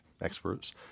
experts